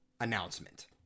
announcement